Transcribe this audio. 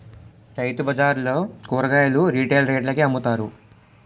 రైతుబజార్లలో కూరగాయలు రిటైల్ రేట్లకే అమ్ముతారు